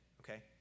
okay